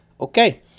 okay